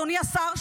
אדוני השר,